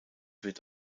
wird